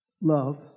love